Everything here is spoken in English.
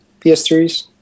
PS3s